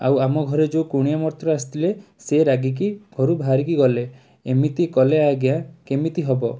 ଆଉ ଆମ ଘରେ ଯେଉଁ କୁଣିଆ ମଇତ୍ର ଆସିଥିଲେ ସେ ରାଗିକି ଘରୁ ବାହାରିକି ଗଲେ ଏମିତି କଲେ ଆଜ୍ଞା କେମିତି ହବ